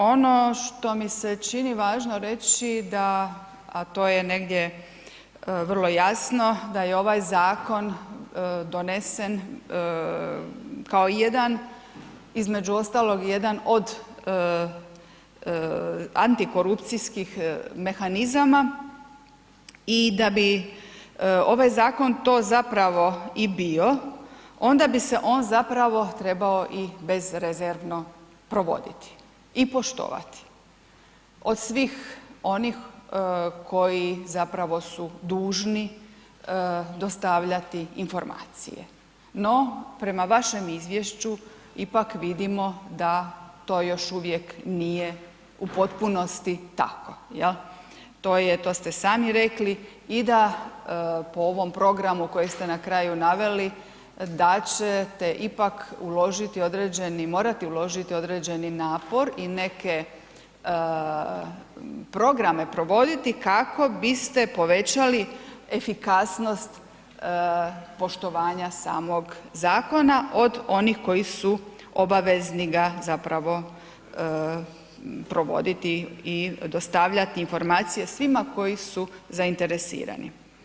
Ono što mi s čini važno reći da a to je negdje vrlo jasno, da je ovaj zakon donesen kao jedna između ostalog, jedan od antikorupcijskih mehanizama i da bi ovaj zakon to zapravo i bio, onda bi se on zapravo trebao i bezrezervno provoditi i poštovati od svih onih koji zapravo su dužni dostavljati informacije no prema važem izvješću, ipak vidimo da to još nije u potpunosti tako, jel, to je, to ste rekli i da po ovom programu koji ste na kraju naveli, da ćete ipak uložiti određeni, morati uložiti određeni napor i neke programe provoditi kako biste povećali efikasnost poštovanja samog zakona od onih koji su obavezni ga zapravo provoditi i dostavljati informacije svima koji su zainteresirani.